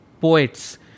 poets